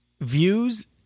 Views